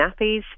nappies